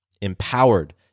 empowered